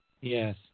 Yes